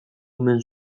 omen